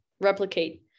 replicate